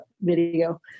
video